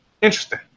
interesting